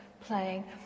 playing